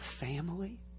family